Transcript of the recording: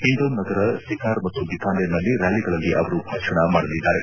ಹಿಂಡೌನ್ ನಗರ ಸಿಕಾರ್ ಮತ್ತು ಬಿಕಾನೇರ್ನಲ್ಲಿ ರ್ಯಾಲಿಗಳಲ್ಲಿ ಅವರು ಭಾಷಣ ಮಾದಲಿದ್ದಾರೆ